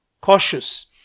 cautious